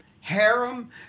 harem